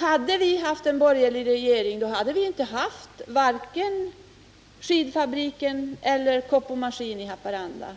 Om vi då hade haft en borgerlig regering, hade vi i Haparanda varken fått skidfabriken eller Kopo Maskin AB.